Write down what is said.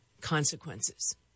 consequences